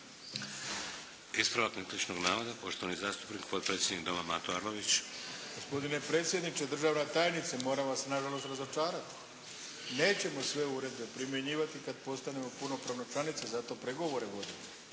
Ispravak netočno navoda poštovani zastupnik, potpredsjednik Doma Mato Arlović. **Arlović, Mato (SDP)** Gospodine predsjedniče, državna tajnice! Moram vas nažalost razočarat. Nećemo sve uredbe primjenjivati kad postanemo punopravna članica, zato pregovore vodimo.